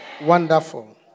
Wonderful